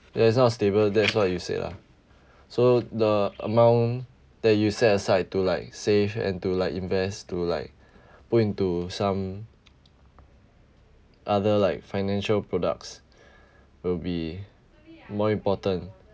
it's not stable that's what you said ah so the amount that you set aside to like save and to like invest to like put into some other like financial products will be more important